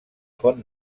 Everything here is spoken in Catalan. font